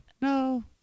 No